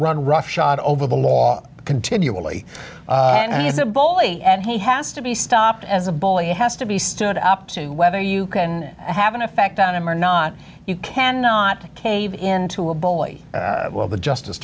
run roughshod over the law continually and he's a bully and he has to be stopped as a bully has to be stood up to whether you can have an effect on him or not you cannot cave in to a bully will the justice